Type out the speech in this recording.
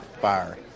Fire